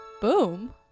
Boom